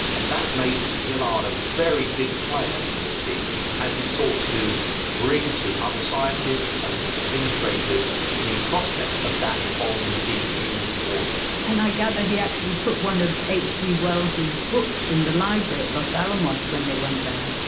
and that made szilard a very big player in this field as he sought to bring to other scientists and administrators the prospect of that bomb being used in warfare. and i gather he actually put one of hg wells's books in the library at los alamos when they went there.